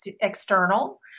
external